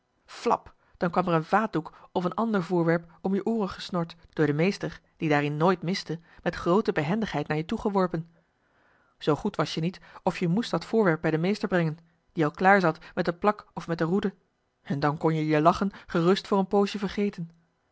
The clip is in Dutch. flap dan kwam er een vaatdoek of een ander voorwerp om je ooren gesnord door den meester die daarin nooit miste met groote behendigheid naar je toegeworpen zoo goed was je niet of je moest dat voorwerp bij den meester brengen die al klaar zat met de plak of met de roede en dan kon je je lachen gerust voor een poosje vergeten